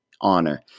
honor